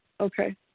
Okay